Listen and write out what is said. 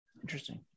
Interesting